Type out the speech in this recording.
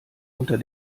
unter